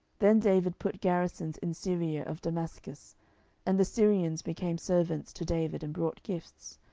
then david put garrisons in syria of damascus and the syrians became servants to david, and brought gifts.